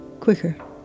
quicker